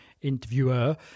interviewer